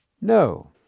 No